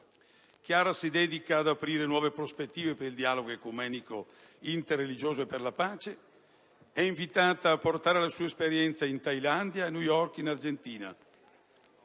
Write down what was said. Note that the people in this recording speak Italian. Chiara si dedica ad aprire nuove prospettive per il dialogo ecumenico interreligioso e per la pace. È invitata a portare la sua esperienza in Thailandia, a New York, in Argentina.